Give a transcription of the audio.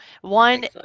one